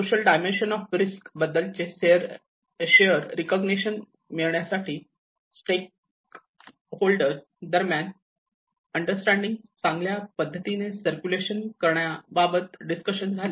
social dimension of risk बद्दलचे share recognition मिळण्यासाठी stake दरम्यान अंडरस्टँडिंग चांगल्या पद्धतीने सर्क्युलेशन करण्याबाबत डिस्कशन झाले